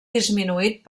disminuït